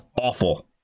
awful